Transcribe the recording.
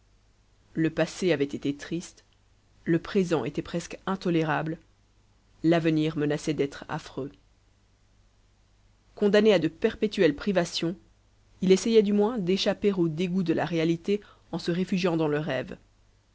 le passé avait été triste le présent était presque intolérable l'avenir menaçait d'être affreux condamné à de perpétuelles privations il essayait du moins d'échapper aux dégoûts de la réalité en se réfugiant dans le rêve